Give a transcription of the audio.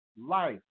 life